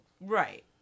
Right